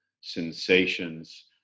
sensations